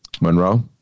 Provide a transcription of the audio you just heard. Monroe